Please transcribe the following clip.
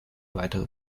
weitere